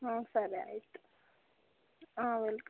ಹ್ಞೂ ಸರಿ ಆಯಿತು ಹಾಂ ವೆಲ್ಕಮ್